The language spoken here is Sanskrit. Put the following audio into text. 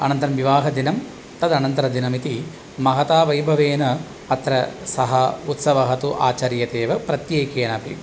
अनन्तरं विवाहदिनं तदनन्तरदिनम् इति महता वैभवेन अत्र सः उत्सवः तु आचर्यतेव प्रत्येकेनापि